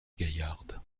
gaillarde